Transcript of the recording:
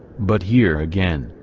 but here again,